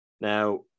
Now